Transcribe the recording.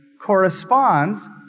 corresponds